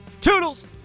Toodles